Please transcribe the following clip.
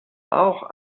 auch